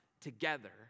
together